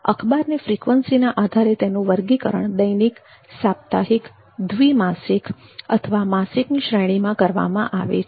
અખબારને ફ્રિકવન્સીના આધારે તેનું વર્ગીકરણ દૈનિક સાપ્તાહિક દ્વિમાસિક અથવા માસિકની શ્રેણીમાં કરવામાં આવે છે